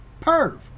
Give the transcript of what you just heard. Perv